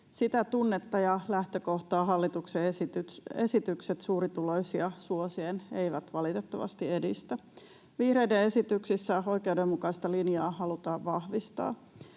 Sitä tunnetta ja lähtökohtaa hallituksen esitykset suurituloisia suosien eivät valitettavasti edistä. Vihreiden esityksissä oikeudenmukaista linjaa halutaan vahvistaa.